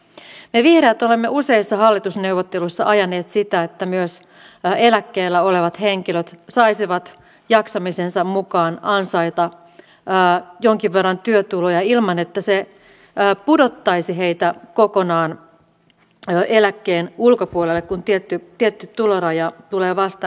me vihreät olemme useissa hallitusneuvotteluissa ajaneet sitä että myös eläkkeellä olevat henkilöt saisivat jaksamisensa mukaan ansaita jonkin verran työtuloja ilman että se pudottaisi heitä kokonaan eläkkeen ulkopuolelle kun tietty tuloraja tulee vastaan